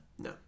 No